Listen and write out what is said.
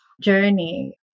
journey